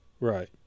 Right